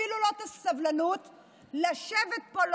אפילו את הסבלנות לשבת פה.